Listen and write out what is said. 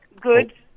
good